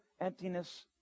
emptiness